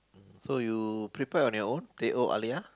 so you prepared on your own they all teh-O-halia